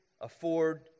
afford